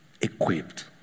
equipped